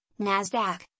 NASDAQ